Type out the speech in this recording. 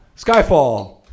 Skyfall